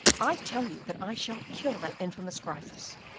i tell you that i shall kill that infamous gryphus?